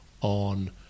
on